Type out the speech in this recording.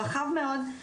רחב מאוד,